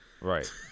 Right